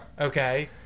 Okay